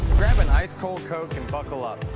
grabbed an ice-cold coke and buckled up.